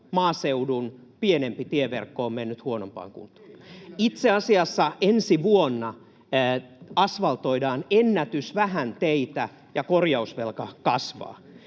maaseudun pienempi tieverkko on mennyt huonompaan kuntoon. Itse asiassa ensi vuonna asfaltoidaan ennätysvähän teitä ja korjausvelka kasvaa.